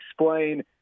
explain